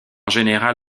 général